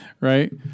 right